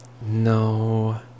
No